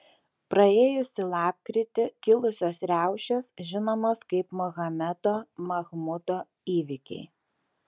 praėjusį lapkritį kilusios riaušės žinomos kaip mohamedo mahmudo įvykiai